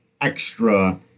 extra